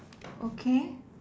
okay